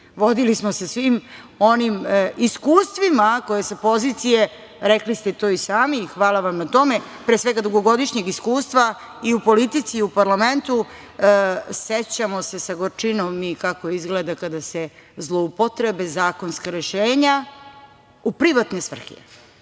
vodili smo se svim onim iskustvima koje sa pozicije, rekli ste to i sami i hvala vam na tome, pre svega dugogodišnjeg iskustva i u politici i u parlamentu sećamo se sa gorčinom i kako izgleda kada se zloupotrebe zakonska rešenja u privatne svrhe.